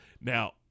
Now